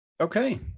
Okay